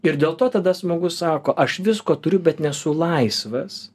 ir dėl to tada smogus sako aš visko turiu bet nesu laisvas